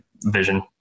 vision